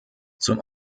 zum